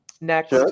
Next